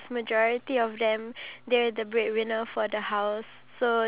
I think the reason for that is because of the generation gap